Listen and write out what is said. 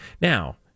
Now